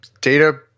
data